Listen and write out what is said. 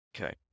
Okay